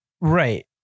Right